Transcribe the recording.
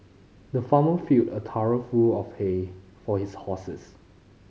the farmer filled a trough full of hay for his horses